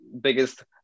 biggest